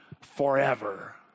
forever